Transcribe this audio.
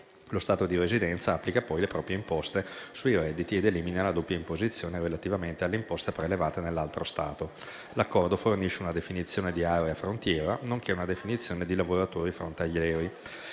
Lo Stato di residenza applica poi le proprie imposte sui redditi ed elimina la doppia imposizione relativamente alle imposte prelevate nell'altro Stato. L'accordo fornisce una definizione di aree di frontiera, nonché una definizione di lavoratori frontalieri